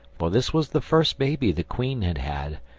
for this was the first baby the queen had had,